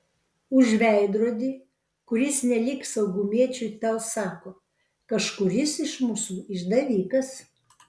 už veidrodį kuris nelyg saugumiečiui tau sako kažkuris iš mūsų išdavikas